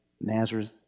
Nazareth